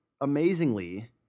amazingly